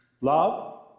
Love